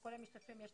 מעלים את